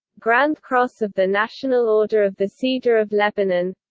grand cross of the national order of the cedar of lebanon